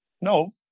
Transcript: no